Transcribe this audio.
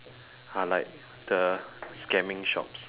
are like the scamming shops